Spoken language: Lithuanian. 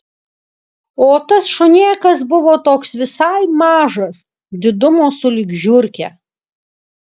o tas šunėkas buvo toks visai mažas didumo sulig žiurke